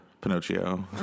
Pinocchio